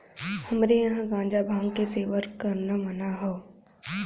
हमरे यहां गांजा भांग क सेवन करना मना हौ